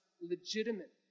legitimate